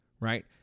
right